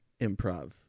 improv